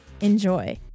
Enjoy